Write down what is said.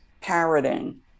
parroting